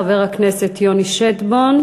חבר הכנסת יוני שטבון,